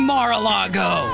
Mar-a-Lago